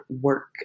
work